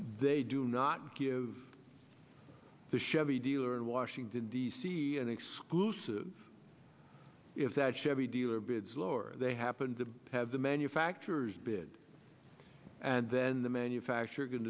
they do not give the chevy dealer in washington d c an exclusive if that chevy dealer bids lower they happen to have the manufacturers bid and then the manufacturer go